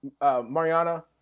Mariana